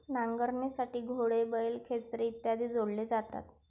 नांगरणीसाठी घोडे, बैल, खेचरे इत्यादी जोडले जातात